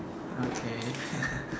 okay